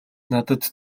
надад